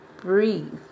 breathe